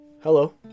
Hello